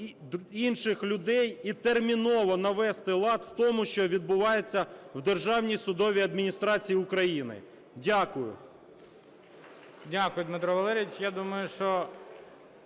інших людей і терміново навести лад в тому, що відбувається в Державній судовій адміністрації України. Дякую. ГОЛОВУЮЧИЙ. Дякую, Дмитро Валерійович.